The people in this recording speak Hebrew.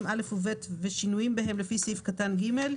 (א) ו־(ב) ושינויים בהם לפי סעיף קטן (ג),